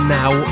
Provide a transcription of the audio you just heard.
now